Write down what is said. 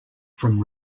from